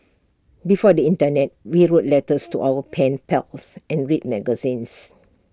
before the Internet we wrote letters to our pen pals and read magazines